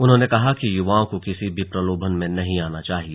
उन्होंने कहा कि युवाओं को किसी भी प्रलोभन में नही आना चाहिए